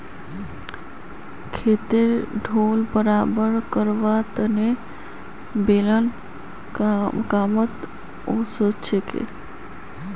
खेतेर ढेल बराबर करवार तने बेलन कामत ओसछेक